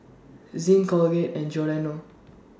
Zinc Colgate and Giordano